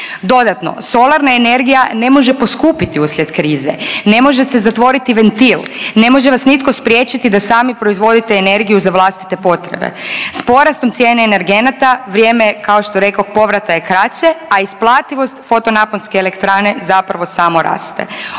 Dodatno, solarna energija ne može poskupiti usred krize, ne može se zatvoriti ventil. Ne može vas nitko spriječiti da sami proizvodite energiju za vlastite potrebe. S porastom cijene energenata, vrijeme je, kao što rekoh, povrata je kraće, a isplativost fotonaponske elektrane zapravo samo raste.